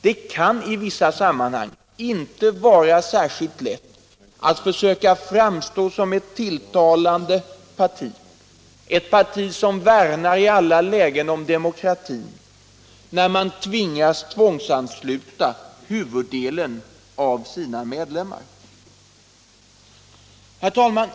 Det kan i vissa sammanhang inte vara särskilt lätt att försöka framstå som ett tilltalande parti, ett parti som i alla lägen värnar om demokratin, när man tvingas tvångsansluta huvuddelen av sina medlemmar. Herr talman!